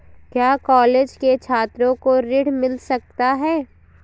क्या कॉलेज के छात्रो को ऋण मिल सकता है?